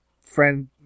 friend